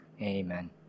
Amen